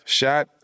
shot